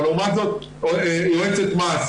אבל לעומת זאת יועצת מס,